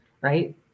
right